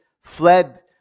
fled